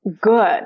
good